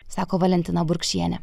sako valentina burkšienė